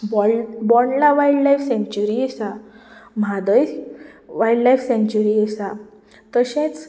bond Bondla wildlife sanctuary आसा Mhadei wildlife sanctuary आसा तशेंच